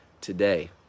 today